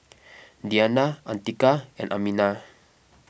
Diyana Atiqah and Aminah